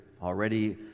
Already